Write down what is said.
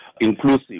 inclusive